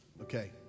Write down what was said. Okay